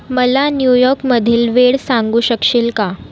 मला न्यूयॉर्कमधील वेळ सांगू शकशील का